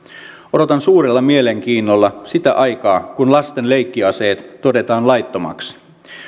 odotan suurella mielenkiinnolla sitä aikaa kun lasten leikkiaseet todetaan laittomaksi